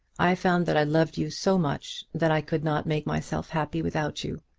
i found that i loved you so much that i could not make myself happy without you.